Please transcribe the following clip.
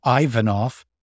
Ivanov